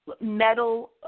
metal